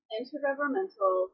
Intergovernmental